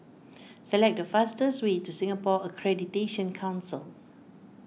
select the fastest way to Singapore Accreditation Council